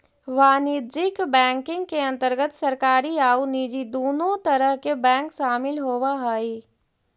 वाणिज्यिक बैंकिंग के अंतर्गत सरकारी आउ निजी दुनों तरह के बैंक शामिल होवऽ हइ